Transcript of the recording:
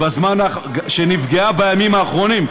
שנפגעה בימים האחרונים,